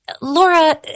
Laura